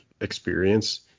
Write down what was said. experience